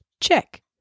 Check